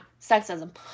sexism